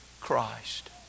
Christ